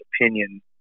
opinion